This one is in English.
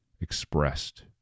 expressed